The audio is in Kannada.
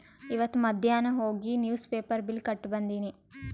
ಇವತ್ ಮಧ್ಯಾನ್ ಹೋಗಿ ನಿವ್ಸ್ ಪೇಪರ್ ಬಿಲ್ ಕಟ್ಟಿ ಬಂದಿನಿ